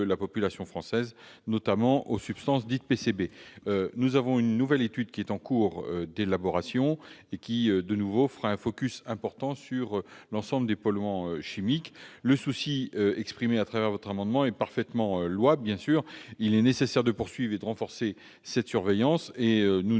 la population française, notamment aux substances dites PCB, c'est-à-dire aux polychlorobiphényles. Une nouvelle étude est en cours d'élaboration. Elle fera de nouveau un focus important sur l'ensemble des polluants chimiques. Le souci exprimé à travers cet amendement est parfaitement louable. Il est nécessaire de poursuivre et de renforcer cette surveillance. Nous